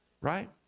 right